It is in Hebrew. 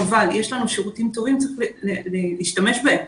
חבל, יש לנו שירותים טובים וצריך להשתמש בהם